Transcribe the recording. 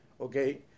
okay